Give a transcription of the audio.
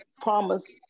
promise